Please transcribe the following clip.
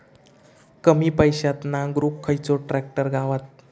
कमी पैशात नांगरुक खयचो ट्रॅक्टर गावात?